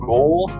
Goal